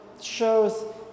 shows